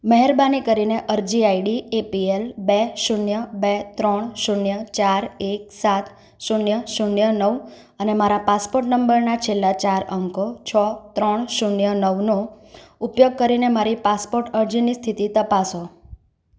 મહેરબાની કરીને અરજી આઈડી એપીએલ બે શૂન્ય બે ત્રણ શૂન્ય ચાર એક સાત શૂન્ય શૂન્ય નવ અને મારા પાસપોર્ટ નંબરના છેલ્લા ચાર અંકો છો ત્રણ શૂન્ય ત્રણ નવનો ઉપયોગ કરીને મારી પાસપોર્ટ અરજીની સ્થિતિ તપાસો